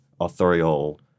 authorial